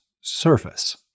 surface